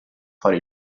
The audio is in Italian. fare